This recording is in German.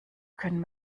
können